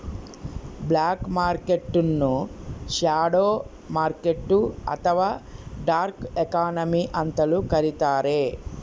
block market ನ್ನು shadow market ಅಥವಾ dark economy ಅಂತಲೂ ಕರಿತಾರೆ